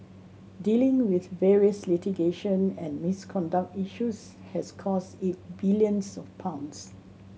dealing with various litigation and misconduct issues has cost it billions of pounds